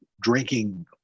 drinking